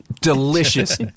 Delicious